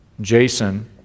Jason